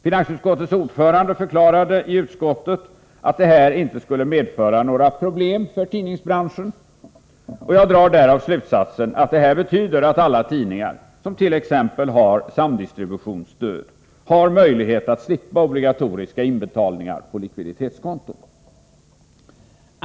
Finansutskottets ordförande förklarade i utskottet att det här inte skulle medföra några problem för tidningsbranschen, och jag drar därav slutsatsen att detta betyder att alla tidningar som t.ex. uppbär samdistributionsstöd har möjlighet att slippa obligatoriska inbetalningar på likviditetskonto.